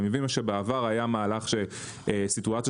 אני מבין שבעבר היה מהלך שבהם בסיטואציות